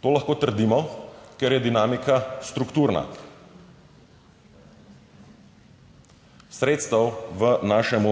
To lahko trdimo, ker je dinamika strukturna. Sredstev v našem